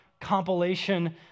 compilation